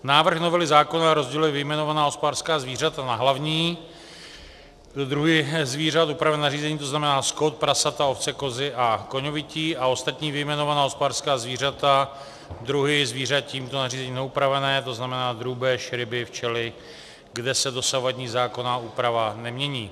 Návrh novely zákona rozděluje vyjmenovaná hospodářská zvířata na hlavní druhy zvířat upravené nařízením, tzn. skot, prasata, ovce, kozy a koňovití, a ostatní vyjmenovaná hospodářská zvířata druhy zvířat tímto nařízením neupravené, tzn. drůbež, ryby, včely, kde se dosavadní zákonná úprava nemění.